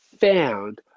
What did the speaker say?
found